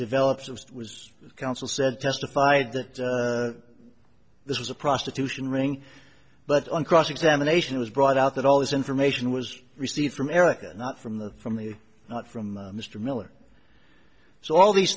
develops of was counsel said testified that this was a prostitution ring but on cross examination it was brought out that all this information was received from erica not from the from the not from mr miller so all these